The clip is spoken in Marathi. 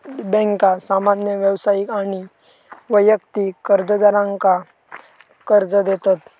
बँका सामान्य व्यावसायिक आणि वैयक्तिक कर्जदारांका कर्ज देतत